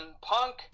Punk